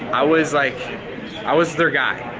i was like i was their guy.